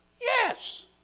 Yes